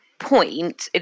Point